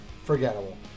Forgettable